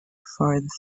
farthest